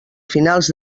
finals